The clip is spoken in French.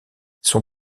son